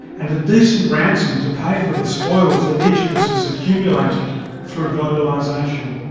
and a decent ransom to pay for the spoils that each of us has accumulated through globalisation.